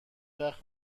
وقت